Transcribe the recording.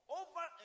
over